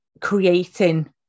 creating